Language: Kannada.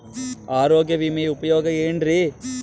ಆರೋಗ್ಯ ವಿಮೆಯ ಉಪಯೋಗ ಏನ್ರೀ?